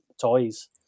toys